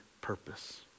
purpose